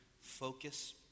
focus